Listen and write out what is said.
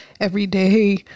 everyday